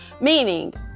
Meaning